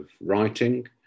writing